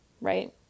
right